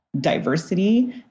diversity